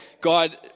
God